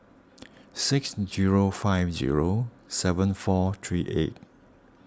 six zero five zero seven four three eight